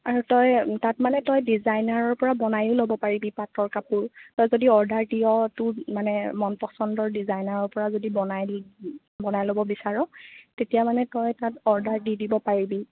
আৰু তই তাত মানে তই ডিজাইনাৰৰ পৰা বনাইয়ো ল'ব পাৰিবি পাটৰ কাপোৰ তই যদি অৰ্ডাৰ দিয় তোৰ মানে মন পছন্দৰ ডিজাইনাৰৰ পৰা যদি বনাই দি বনাই ল'ব বিচাৰ তেতিয়া মানে তই তাত অৰ্ডাৰ দি দিব পাৰিবি